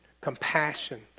compassion